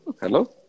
Hello